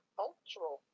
cultural